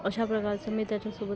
अशा प्रकारचं मी त्याच्यासोबत केलं